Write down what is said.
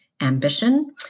ambition